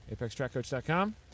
ApexTrackCoach.com